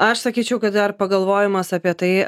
aš sakyčiau kad dar pagalvojimas apie tai